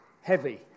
heavy